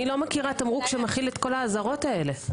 אני לא מכירה תמרוק שמכיל את כל האזהרות האלה.